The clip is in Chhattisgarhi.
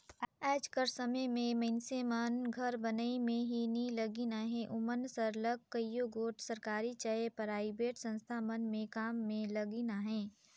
आएज कर समे में मइनसे मन घर बनई में ही नी लगिन अहें ओमन सरलग कइयो गोट सरकारी चहे पराइबेट संस्था मन में काम में लगिन अहें